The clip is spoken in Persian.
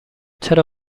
چرا